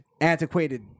antiquated